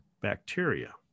bacteria